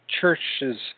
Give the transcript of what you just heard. churches